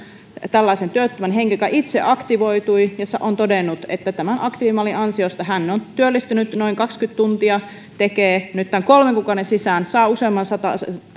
tällaisen työttömän henkilön joka itse aktivoitui ja on todennut että tämän aktiivimallin ansiosta hän on työllistynyt noin kaksikymmentä tuntia tekee nyt tämän kolmen kuukauden sisään saa useamman satasen